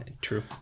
True